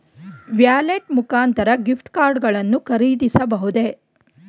Wallet ಮುಖಾಂತರ gift card ಗಳನ್ನು ಖರೀದಿಸಬಹುದೇ?